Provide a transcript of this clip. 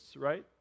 right